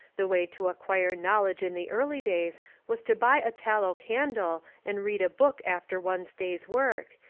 the way to acquire knowledge in the early days was to buy a tallow candle and read a book after one's day's work,